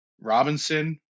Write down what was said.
Robinson